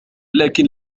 لكن